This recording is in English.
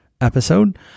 episode